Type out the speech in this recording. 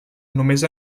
només